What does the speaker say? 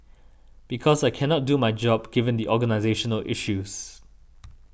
because I cannot do my job given the organisational issues